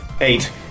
Eight